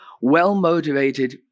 well-motivated